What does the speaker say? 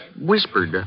whispered